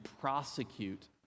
prosecute